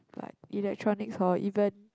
like electronic hor even